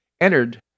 entered